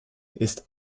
ist